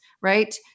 right